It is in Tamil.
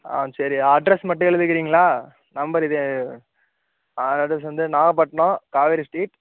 ஆ சரி அட்ரஸ் மட்டும் எழுதிக்கிறீங்களா நம்பர் இது அட்ரஸ் வந்து நாகபட்னோம் காவேரி ஸ்ட்ரீட்